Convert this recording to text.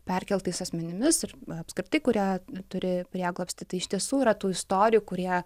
perkeltais asmenimis ir apskritai kurie turi prieglobstį tai iš tiesų yra tų istorijų kurie